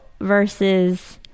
versus